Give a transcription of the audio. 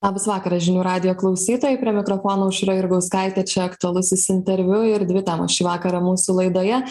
labas vakaras žinių radijo klausytojai prie mikrofono aušra jurgauskaitė čia aktualusis interviu ir dvi temos šį vakarą mūsų laidoje